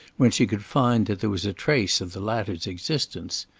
when she could find that there was a trace of the latter's existence.